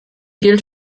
gilt